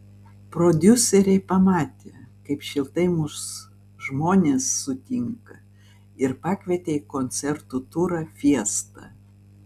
prodiuseriai pamatė kaip šiltai mus žmonės sutinka ir pakvietė į koncertų turą fiesta